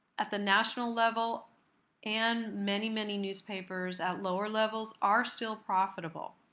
at the national level and many, many newspapers at lower levels are still profitable.